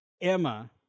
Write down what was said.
Emma